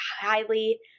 highly